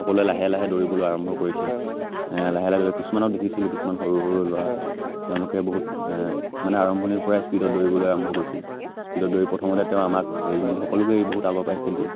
সকলোৱে লাহে লাহে দৌৰিবলৈ আৰম্ভ কৰিছিল লাহে লাহে কিছুমানক দেখিছিলোঁ কিছুমান সৰু সৰু ল'ৰা তেওঁলোকে বহুত মানে আৰম্ভণিৰ পৰাই স্পীডত দৌৰিবলৈ আৰম্ভ কৰিছিল স্পীডত দৌৰি প্ৰথমতে তেওঁ আমাক এৰি মেলি সকলোকে এই বহুত আগৰ পাইছিলগৈ